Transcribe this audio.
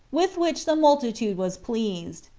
with which the multitude was pleased.